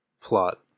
plot